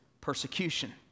persecution